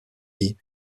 hee